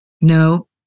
No